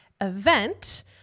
event